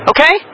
Okay